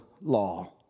law